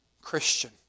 Christian